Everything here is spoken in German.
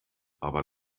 aber